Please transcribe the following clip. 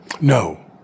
No